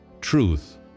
truth